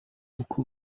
uko